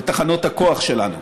בתחנות הכוח שלנו,